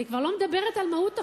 אני כבר לא מדברת על מהות החוק,